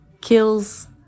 kills